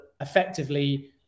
effectively